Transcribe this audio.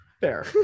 Fair